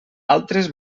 altres